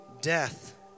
death